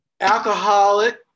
alcoholic